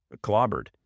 clobbered